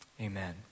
Amen